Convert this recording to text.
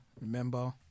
Remember